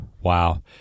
Wow